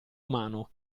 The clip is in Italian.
umano